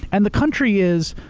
and the country is.